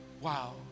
wow